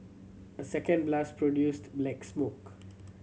a second blast produced black smoke